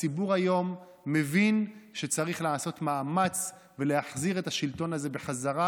הציבור היום מבין שצריך לעשות מאמץ ולהחזיר את השלטון הזה בחזרה,